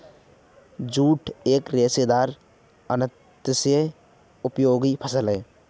jute एक रेशेदार अत्यन्त उपयोगी फसल है